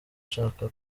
ashaka